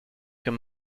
him